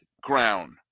ground